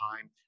time